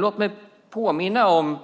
Låt mig påminna om